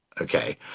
okay